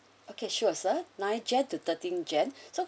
okay sure sir ninth jan to thirteen jan so